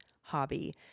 hobby